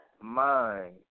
mind